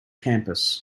campus